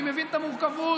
אני מבין את המורכבות.